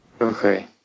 Okay